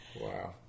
Wow